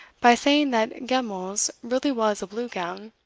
by saying that geimells really was a blue-gown.